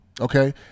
okay